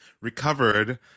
recovered